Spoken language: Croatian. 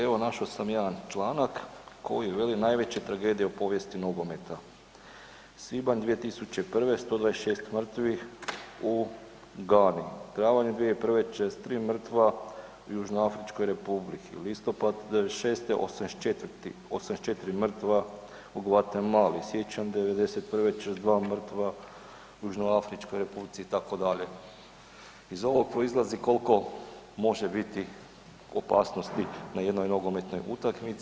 Evo našao sam jedan članak koji veli najveća tragedija u povijesti nogometa, svibanj 2001. 126 mrtvih u Gani, travanj 2001. 43 mrtva u Južnoafričkoj Republici, listopad '96. 84 mrtva u Guatemali, siječanj '91. 42 mrtva u Južnoafričkoj Republici itd. iz ovog proizlazi koliko može biti opasnosti na jednoj nogometnoj utakmici.